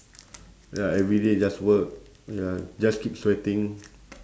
ya every day just work ya just keep sweating